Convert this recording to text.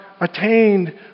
attained